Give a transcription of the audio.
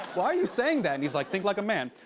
why are you saying that? and he's like, think like a man.